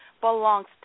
belongs